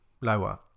lower